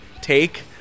take